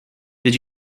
did